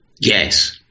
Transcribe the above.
Yes